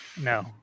no